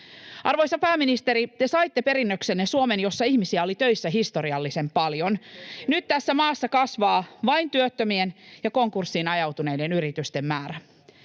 Arvoisa pääministeri, te saitte perinnöksenne Suomen, jossa ihmisiä oli töissä historiallisen paljon. Nyt tässä maassa kasvaa vain työttömien ja konkurssiin ajautuneiden yritysten määrä.